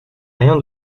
rien